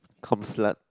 cum slut